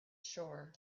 shore